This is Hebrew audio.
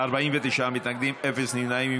49 מתנגדים, אפס נמנעים.